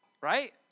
Right